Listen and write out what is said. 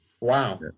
Wow